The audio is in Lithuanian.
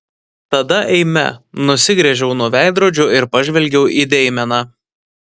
tada eime nusigręžiau nuo veidrodžio ir pažvelgiau į deimeną